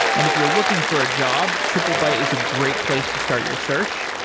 and if you're looking for a job, triplebyte is a great place to start your search.